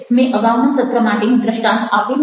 મેં અગાઉના સત્ર માટેનું દ્રષ્ટાન્ત આપેલું છે